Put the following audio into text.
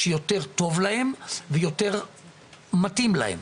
שיותר טוב להם ויותר מתאים להם.